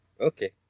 Okay